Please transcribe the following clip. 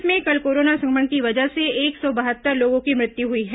प्रदेश में कल कोरोना संक्रमण की वजह से एक सौ बहत्तर लोगों की मृत्यु हुई है